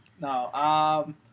No